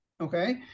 Okay